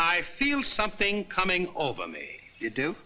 i feel something coming over you do